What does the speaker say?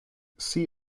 see